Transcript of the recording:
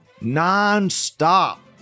non-stop